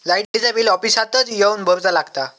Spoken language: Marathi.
लाईटाचा बिल ऑफिसातच येवन भरुचा लागता?